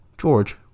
George